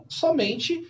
somente